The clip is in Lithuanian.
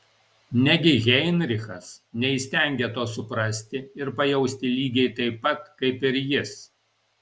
negi heinrichas neįstengia to suprasti ir pajausti lygiai taip pat kaip ir jis